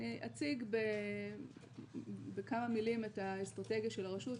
אציג בכמה מילים את האסטרטגיה של הרשות.